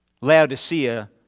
Laodicea